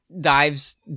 dives